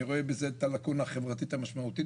אני רואה בזה את הלקונה החברתית המשמעותית